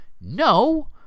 No